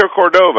Cordova